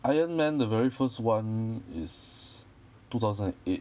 iron man the very first one is two thousand and eight